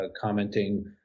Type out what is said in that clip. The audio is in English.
commenting